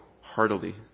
heartily